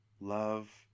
love